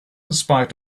spite